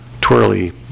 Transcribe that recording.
twirly